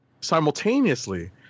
simultaneously